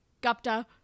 gupta